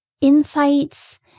insights